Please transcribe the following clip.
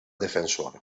defensor